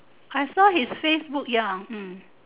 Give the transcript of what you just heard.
I saw his facebook ya hmm